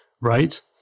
right